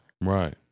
Right